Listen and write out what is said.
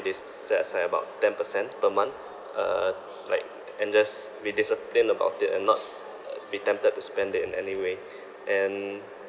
they s~ set aside about ten percent per month uh like and just be disciplined about it and not uh be tempted to spend it in any way and